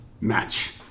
Match